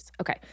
Okay